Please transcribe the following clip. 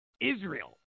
Israel